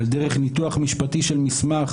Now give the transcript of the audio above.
על דרך ניתוח משפטי של מסמך,